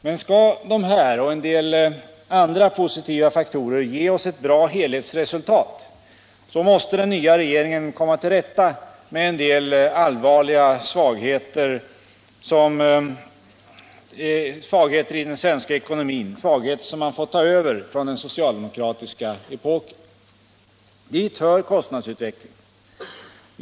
Men skall dessa och en del andra positiva faktorer ge oss ett bra helhetsresultat, måste den nya regeringen komma till rätta med en del all varliga svagheter i den svenska ekonomin, svagheter som man fått ta över från den socialdemokratiska epoken. Dit hör kostnadsutvecklingen.